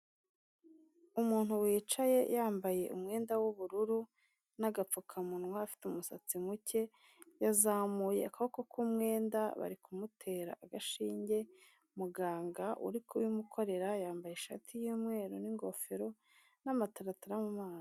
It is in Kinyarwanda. Umuntu wicaye yambaye umwenda w'ubururu n'agapfukamunwa, afite umusatsi muke yazamuye akaboko k'umwenda, bari kumutera agashinge, muganga uri kubimukorera yambaye ishati y'umweru n'ingofero n'amataratara mu maso.